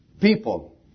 people